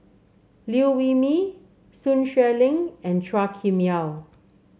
Liew Wee Mee Sun Xueling and Chua Kim Yeow